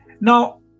Now